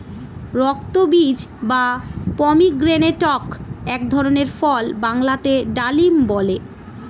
রক্তবীজ বা পমিগ্রেনেটক এক ধরনের ফল বাংলাতে ডালিম বলে